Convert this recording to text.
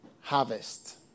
harvest